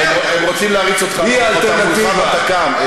הם רוצים להריץ אותה מולך בתק"ם,